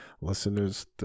listeners